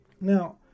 Now